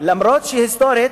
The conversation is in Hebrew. למרות שהיסטורית,